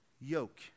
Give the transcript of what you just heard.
yoke